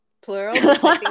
plural